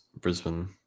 Brisbane